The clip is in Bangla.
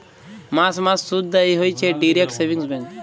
মাস মাস শুধ দেয় হইছে ডিইরেক্ট সেভিংস ব্যাঙ্ক